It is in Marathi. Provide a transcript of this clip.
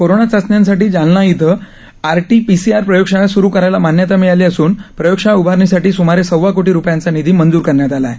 कोरोना चाचण्यांसाठी जालना इथं आरटी पीसीआर प्रयोगशाळा स्रू करायला मान्यता मिळाली असून प्रयोगशाळा उभारणीसाठी सुमारे सव्वाकोटी रुपयांचा निधी मंजूर करण्यात आला आहे